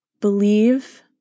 believe